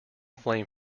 flame